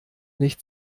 nicht